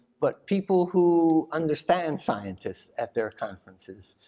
but people who understand scientists at their conferences.